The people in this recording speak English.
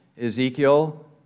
Ezekiel